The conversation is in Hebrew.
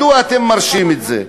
מדוע אתם מרשים את זה?